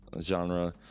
genre